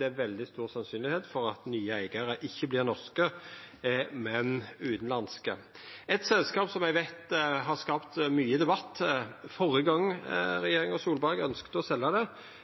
Det er veldig sannsynleg at nye eigarar ikkje vert norske, men utanlandske. Eitt selskap som eg veit skapte mykje debatt førre gong regjeringa Solberg ønskte å selja det,